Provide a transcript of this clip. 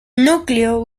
núcleo